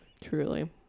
Truly